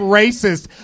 racist